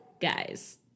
Guys